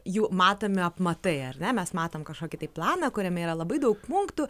jų matomi apmatai ar ne mes matom kažkokį tai planą kuriame yra labai daug punktų